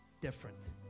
Different